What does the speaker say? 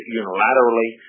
unilaterally